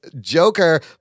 joker